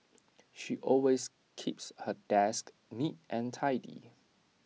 she always keeps her desk neat and tidy